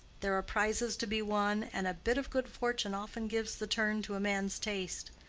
there are prizes to be won, and a bit of good fortune often gives the turn to a man's taste.